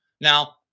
Now